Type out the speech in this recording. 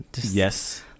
Yes